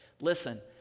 Listen